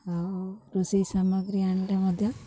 ଆଉ ରୋଷେଇ ସାମଗ୍ରୀ ଆଣିଲେ ମଧ୍ୟ